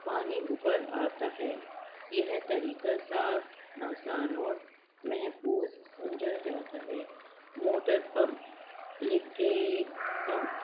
پانی اوپر آتا ہے یہ طریقہ صاف آسان اور محفوظ سمجھا جاتا ہے موٹر پمپ الیکٹریک پمپ